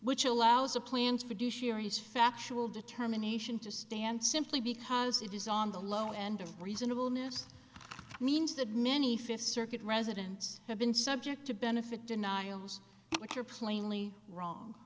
which allows a plans for his factual determination to stand simply because it is on the low end of reasonableness means that many fifth circuit residents have been subject to benefit denials which are plainly wrong